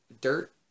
dirt